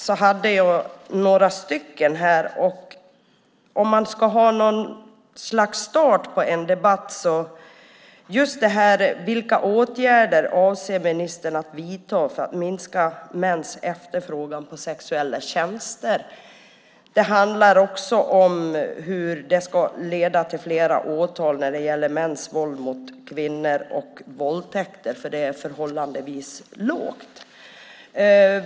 Som något slags start på en debatt ställde jag frågan: Vilka åtgärder avser ministern att vidta för att minska mäns efterfrågan på sexuella tjänster? Det handlade också om hur det ska leda till flera åtal när det gäller mäns våld mot kvinnor och våldtäkter, som är förhållandevis lågt.